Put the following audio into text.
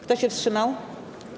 Kto się wstrzymał?